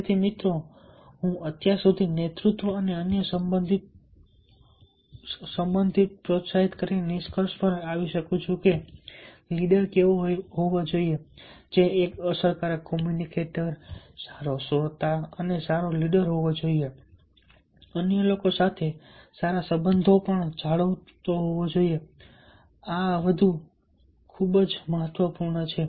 તેથી મિત્રો હું અત્યાર સુધી નેતૃત્વ અને અન્ય સંબંધિતોને પ્રોત્સાહિત કરીને નિષ્કર્ષ પર આવી શકું છું કે લીડર કેવો હોવો જોઈએ જે અસરકારક કોમ્યુનિકેટર સારો શ્રોતા અને સારો લીડર હોવો જોઈએ અન્ય લોકો સાથે સારા સંબંધ જાળવવાનો પ્રયત્ન કરે છે આ વધુ ખૂબ જ મહત્વપૂર્ણ છે